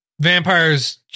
vampires